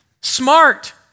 smart